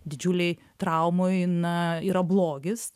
didžiulėj traumoj na yra blogis